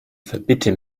verbitte